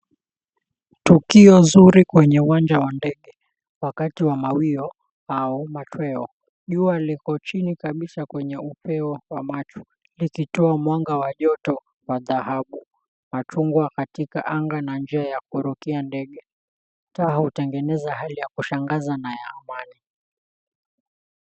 Tukio zuri kwenye uwanja wa ndege, wakati wa mawio au machweo, jua liko chini kabisa kwenye upeo wa macho, likitoa mwanga joto wa dhahabu na chungwa katika anga. Na njia ya kurukia ndege, taa hutengeneza hali ya kushangaza na amani.